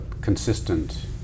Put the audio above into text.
consistent